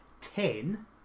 ten